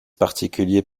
particuliers